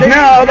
now